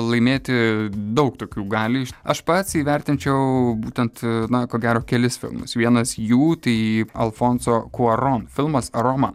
laimėti daug tokių gali aš pats įvertinčiau būtent na ko gero kelis filmus vienas jų tai alfonso kuaron filmas roma